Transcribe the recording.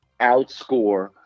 outscore